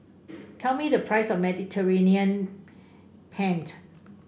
tell me the price of Mediterranean Paint